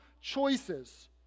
choices